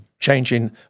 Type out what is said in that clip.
Changing